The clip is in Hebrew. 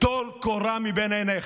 טול קורה מבין עיניך,